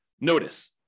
Notice